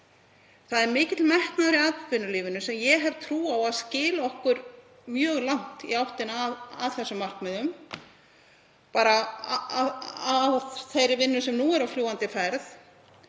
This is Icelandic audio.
Það er mikill metnaður í atvinnulífinu sem ég hef trú á að skili okkur mjög langt í áttina að þessum markmiðum, bara sú vinna sem nú er á fljúgandi ferð.